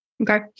Okay